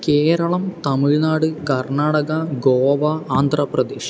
Keralam Tamil Nadu Karnataka Goa Andhra Pradesh